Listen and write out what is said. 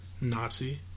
Nazi